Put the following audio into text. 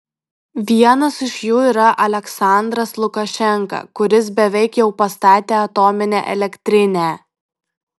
vienas iš jų yra aliaksandras lukašenka kuris beveik jau pastatė atominę elektrinę